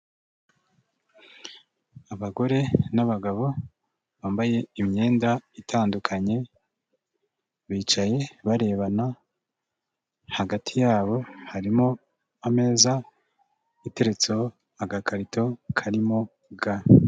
Abagore n'abagabo bambaye imyenda itandukanye bicaye barebana, hagati yabo harimo ameza ateretseho agakarito karimo ga.